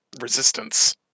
resistance